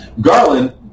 garland